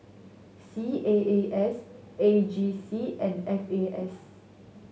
C A A S A G C and F A S